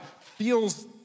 feels